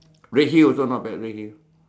redhill also not bad redhill